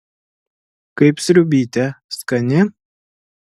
kaip sriubytė skani